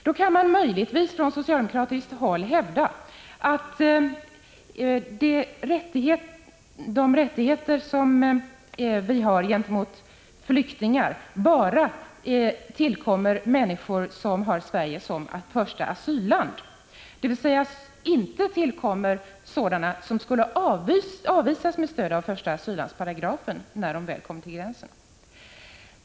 Då kan man möjligtvis från socialdemokratiskt håll hävda att de rättigheter som skall gälla flyktingar bara tillkommer människor som har Sverige som första asylland, dvs. inte tillkommer dem som skulle avvisas med stöd av första asyllands-paragrafen när de väl kommit till gränsen.